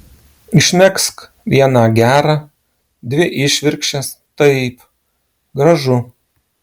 išmegzk vieną gerą dvi išvirkščias taip gražu